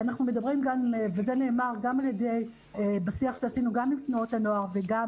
אנחנו מדברים וזה נאמר גם בשיח שעשינו גם עם תנועות הנוער וגם